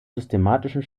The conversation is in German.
systematischen